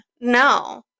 no